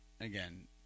Again